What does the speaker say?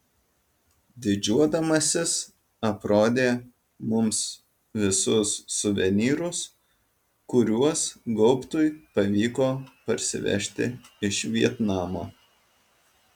didžiuodamasis aprodė mums visus suvenyrus kuriuos gaubtui pavyko parsivežti iš vietnamo